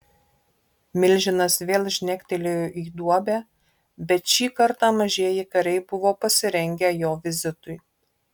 milžinas vėl žnektelėjo į duobę bet šį kartą mažieji kariai buvo pasirengę jo vizitui